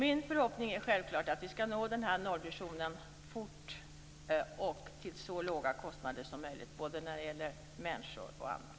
Min förhoppning är självklart att vi skall nå nollvisionen fort och till så låga kostnader som möjligt, när det gäller både människor och annat.